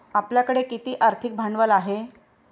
आपल्याकडे किती आर्थिक भांडवल आहे?